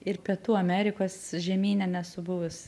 ir pietų amerikos žemyne nesu buvus